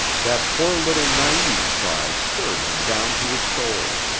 that poor little naive cry stirred him down to his soul.